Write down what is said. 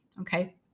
okay